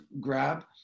grab